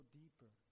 deeper